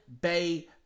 Bay